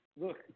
look